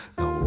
no